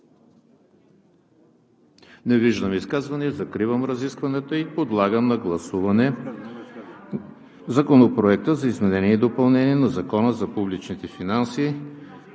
Не виждам изказвания. Закривам разискванията. Подлагам на гласуване (шум и реплики) Законопроект за изменение и допълнение на Закона за публичните финанси,